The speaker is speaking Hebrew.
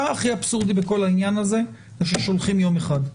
הכי אבסורדי בכל העניין הזה זה ששולחים יום אחד,